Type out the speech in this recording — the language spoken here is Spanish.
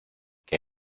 que